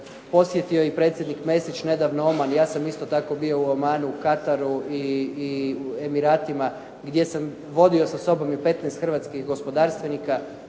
Posjetio je i predsjednik Mesić nedavno Oman. Ja sam isto tako bio u Omanu, Kataru i u Emiratima gdje sam vodio sa sobom i 15 hrvatskih gospodarstvenika.